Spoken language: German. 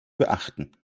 beachten